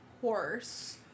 horse